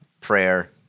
prayer